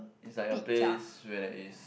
it's like a place where there is